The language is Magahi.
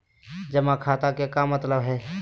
जमा खाता के का मतलब हई?